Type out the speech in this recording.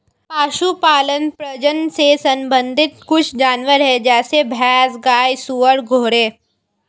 पशुपालन प्रजनन से संबंधित कुछ जानवर है जैसे भैंस, गाय, सुअर, घोड़े